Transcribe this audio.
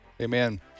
Amen